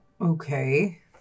Okay